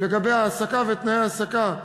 לגבי ההעסקה ותנאי ההעסקה.